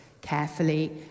carefully